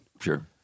Sure